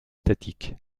statique